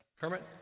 Kermit